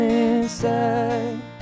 inside